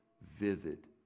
vivid